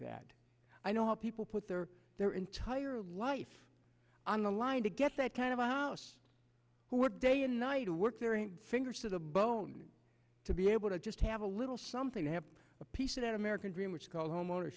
that i know how people put their their entire life on the line to get that kind of a house what day and night to work there ain't fingers to the bone to be able to just have a little something to have a piece of that american dream which calls home o